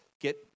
Get